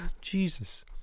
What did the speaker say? Jesus